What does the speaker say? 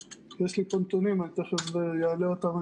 אבל יש לי את הנתונים ואני תכף אעלה אותם.